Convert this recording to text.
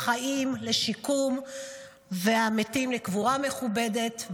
החיים לשיקום והמתים לקבורה מכובדת,